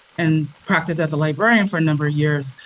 and practiced as a librarian for a number of years,